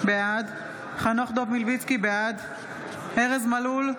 בעד חנוך דב מלביצקי, בעד ארז מלול,